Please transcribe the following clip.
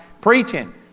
preaching